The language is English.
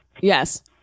Yes